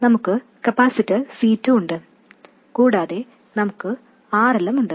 നമുക്ക് capacitor C2 ഉണ്ട് കൂടാതെ നമുക്ക് RL ഉം ഉണ്ട്